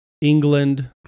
England